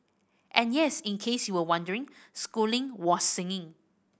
and yes in case you were wondering Schooling was singing